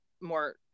more